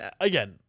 again